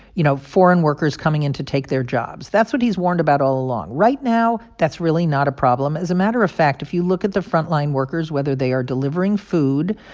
you know, foreign workers coming in to take their jobs. that's what he's warned about all along. right now that's really not a problem. as a matter of fact, if you look at the front-line workers, whether they are delivering food,